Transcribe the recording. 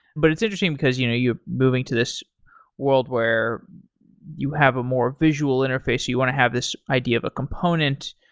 but it's interesting, because you know you're moving to this world where you have a more visual interface, so you want to have this idea of a component.